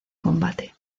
combate